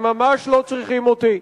הם ממש לא צריכים אותי.